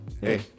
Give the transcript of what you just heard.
Hey